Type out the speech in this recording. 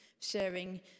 sharing